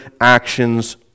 actions